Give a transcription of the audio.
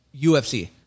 UFC